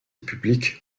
publique